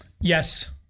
Yes